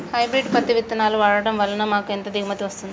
Hybrid పత్తి విత్తనాలు వాడడం వలన మాకు ఎంత దిగుమతి వస్తుంది?